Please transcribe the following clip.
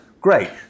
Great